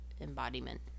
embodiment